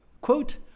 Quote